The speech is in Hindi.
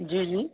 जी जी